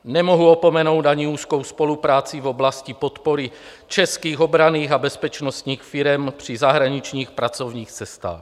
Nemohu opomenout ani úzkou spolupráci v oblasti podpory českých obranných a bezpečnostních firem při zahraničních pracovních cestách.